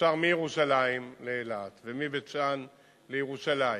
ואפשר מירושלים לאילת, ומבית-שאן לירושלים.